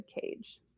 cage